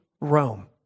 Rome